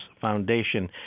Foundation